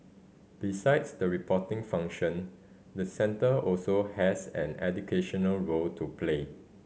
besides the reporting function the centre also has an educational role to play